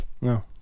No